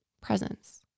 presence